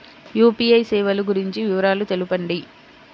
UPI సేవలు గురించి వివరాలు తెలుపండి?